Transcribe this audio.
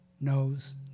knows